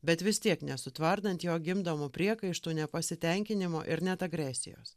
bet vis tiek nesutvardant jo gimdomų priekaištų nepasitenkinimo ir net agresijos